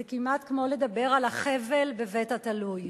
זה כמעט כמו לדבר על החבל בבית התלוי.